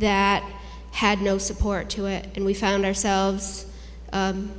that had no support to it and we found ourselves